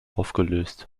aufgelöst